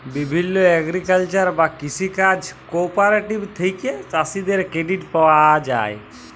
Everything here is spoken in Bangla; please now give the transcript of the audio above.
বিভিল্য এগ্রিকালচারাল বা কৃষি কাজ কোঅপারেটিভ থেক্যে চাষীদের ক্রেডিট পায়া যায়